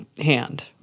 hand